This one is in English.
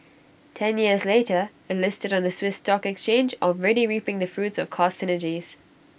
ten years later IT listed on the Swiss stock exchange already reaping the fruits of cost synergies